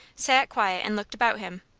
sat quiet and looked about him.